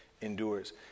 endures